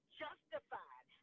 justified